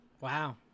wow